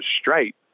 straight